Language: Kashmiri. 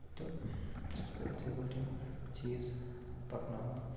تہٕ چھُس بہٕ اِتھٕے پٲٹھۍ یِم چیٖز پَکناوان